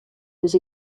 dus